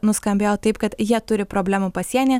nuskambėjo taip kad jie turi problemų pasienyje